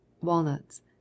walnuts